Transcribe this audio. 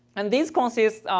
and these consist